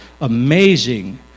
Amazing